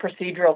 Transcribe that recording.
procedural